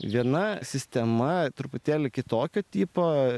viena sistema truputėlį kitokio tipo